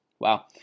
Wow